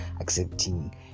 accepting